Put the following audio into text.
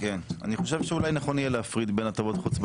וכן בדרך נוספת באופן שבו המנפיק מוסר הודעות לאותו